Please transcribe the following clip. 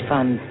Fund